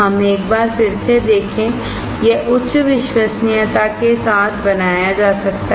हम एक बार फिर से देखें यह उच्च विश्वसनीयता के साथ समान बनाया जा सकता है